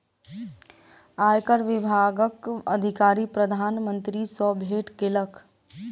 आयकर विभागक अधिकारी प्रधान मंत्री सॅ भेट केलक